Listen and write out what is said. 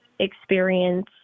experience